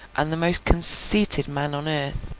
and the most conceited man on earth.